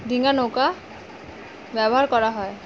ডিঙা নৌকা ব্যবহার করা হয়